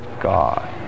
God